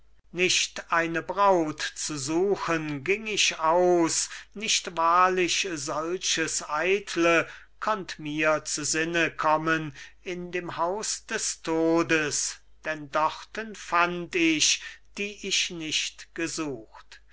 nicht eine braut zu suchen ging ich aus nicht wahrlich solches eitle konnte mir zu sinne kommen in dem haus des todes denn dorten fand ich die ich nicht gesucht